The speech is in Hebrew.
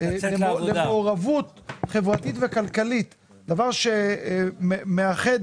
ומעורבות חברתית וכלכלית, דבר שמאחד